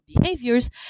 behaviors